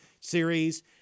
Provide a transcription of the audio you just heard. series